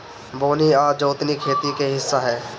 बोअनी आ जोतनी खेती के हिस्सा ह